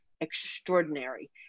extraordinary